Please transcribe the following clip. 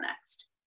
next